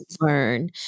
learn